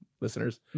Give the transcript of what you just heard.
listeners